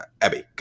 abby